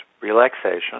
relaxation